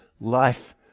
life